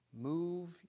move